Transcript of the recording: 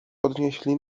podnieśli